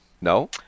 no